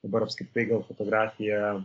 dabar apskritai gal fotografija